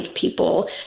people